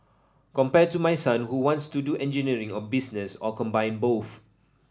compare to my son who wants to do engineering or business or combine both